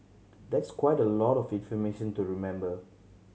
that's quite a lot of information to remember